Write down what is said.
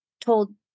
told